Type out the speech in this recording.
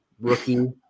rookie